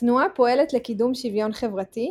התנועה פועלת לקידום שוויון חברתי,